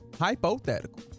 hypothetical